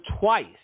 twice